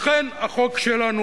לכן החוק שלנו,